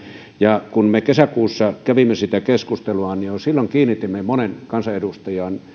ja kun me kesäkuussa kävimme sitä keskustelua niin jo silloin kiinnitimme monen kansanedustajan